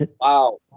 Wow